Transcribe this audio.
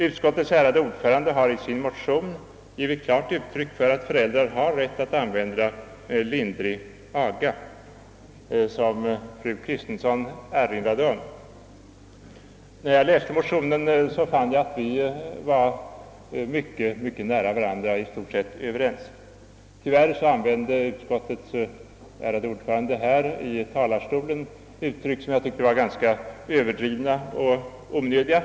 Utskottets ärade ordförande har i sin motion givit klart uttryck för att föräldrar skall ha rätt att använda lindrig aga, såsom även fru Kristensson erinrade om. Jag fann när jag läste motionen att vi ligger mycket nära varandra i uppfattning. Tyvärr använde emellertid utskottets ärade ordförande i sitt anförande ord, som jag tyckte var ganska överdrivna och onödiga.